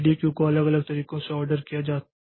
ready queue को अलग अलग तरीकों से ऑर्डर किया जा सकता है